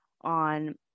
on